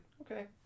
okay